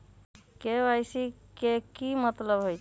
KYC के कि मतलब होइछइ?